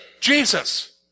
Jesus